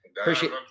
Appreciate